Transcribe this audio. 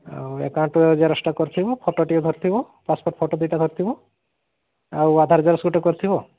ଆଉ ଆକାଉଣ୍ଟ୍ର ଜେରକ୍ସ୍ଟା କରିଥିବ ଫଟୋଟିଏ ଧରିଥିବ ପାସ୍ପୋର୍ଟ ଫୋଟୋ ଦୁଇଟା ଧରିଥିବ ଆଉ ଆଧାର ଜେରକ୍ସ୍ ଗୋଟ୍ିେ କରିଥିବ